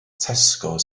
tesco